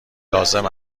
لازم